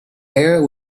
air